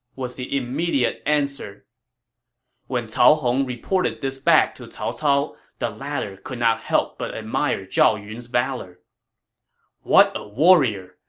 was the immediate reply when cao hong reported this back to cao cao, the latter could not help but admire zhao yun's valor what a warrior!